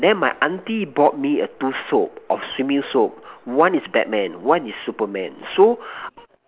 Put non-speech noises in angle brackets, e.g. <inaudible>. then my auntie bought me a two soap a swimming soap one is Batman one is Superman so <breath>